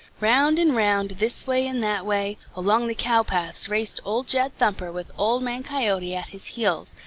round and round, this way and that way, along the cow paths raced old jed thumper with old man coyote at his heels,